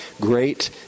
great